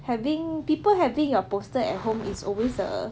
having people having your poster at home is always a